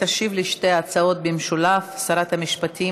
תשיב על שתי ההצעות במשולב שרת המשפטים,